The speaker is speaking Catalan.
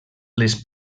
les